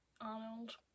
Arnold